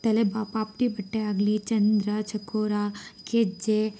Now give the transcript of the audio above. ತಲೆ ಬಾ ಪಾಪ್ಟಿ ಬಟ್ಟೆ ಆಗಲಿ ಚಂದ್ರ ಚಕೋರ ಗೆಜ್ಜೆ